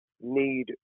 need